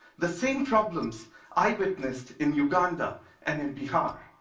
the same problems i witnessed in uganda and in bihar.